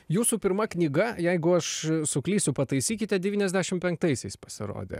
jūsų pirma knyga jeigu aš suklysiu pataisykite devyniasdešim penktaisiais pasirodė